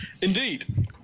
Indeed